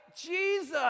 jesus